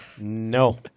No